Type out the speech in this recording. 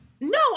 No